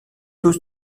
dose